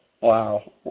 Wow